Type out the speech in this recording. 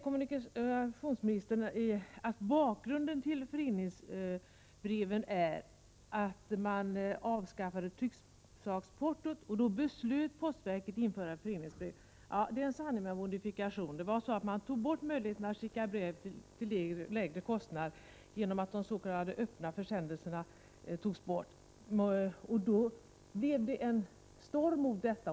Kommunikationsministern säger att bakgrunden till bestämmelserna om föreningsbrev är att trycksaksportot avskaffades och att postverket då beslöt införa föreningsbrev. Det är en sanning med modifikation. Man tog bort möjligheten att skicka öppna försändelser till lägre kostnad. Då blev det en storm mot detta.